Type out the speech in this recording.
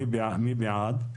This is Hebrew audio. מי בעד?